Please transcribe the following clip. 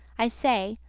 i say,